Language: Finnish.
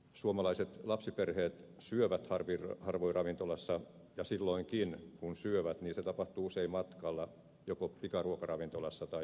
suomalaiset lapsiperheet syövät harvoin ravintolassa ja silloinkin kun syövät se tapahtuu usein matkalla joko pikaruokaravintolassa tai huoltoasemalla